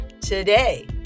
today